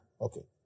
okay